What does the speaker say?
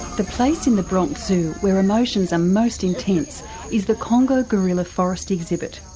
the place in the bronx zoo where emotions are most intense is the congo gorilla forest exhibit.